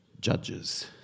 Judges